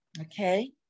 Okay